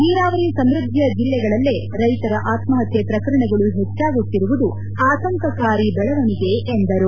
ನೀರಾವರಿ ಸಮೃದ್ದಿಯ ಜಲ್ಲೆಗಳಲ್ಲೇ ರೈತರ ಆತ್ಮಹತ್ಕೆ ಪ್ರಕರಣಗಳು ಹೆಚ್ಚಾಗುತ್ತಿರುವುದು ಆತಂಕಕಾರಿ ಬೆಳವಣಿಗೆ ಎಂದರು